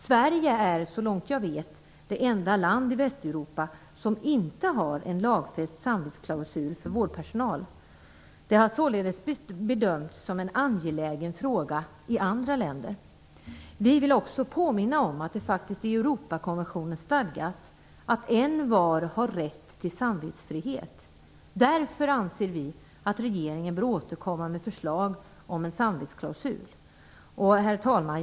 Sverige är, såvitt jag vet, det enda land i Västeuropa som inte har en lagfäst samvetsklausul för vårdpersonal. Det har således bedömts som en angelägen fråga i andra länder. Vi vill också påminna om att det i Europakonventionen stadgas att envar har rätt till samvetsfrihet. Därför anser vi att regeringen bör återkomma med förslag om en samvetsklausul. Herr talman!